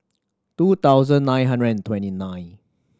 two thousand nine hundred and twenty nine